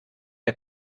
der